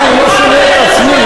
אני לא שומע את עצמי.